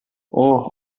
اوه